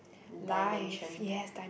a dimension